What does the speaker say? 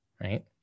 right